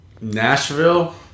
Nashville